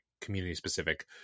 community-specific